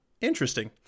Interesting